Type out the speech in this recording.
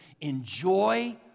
enjoy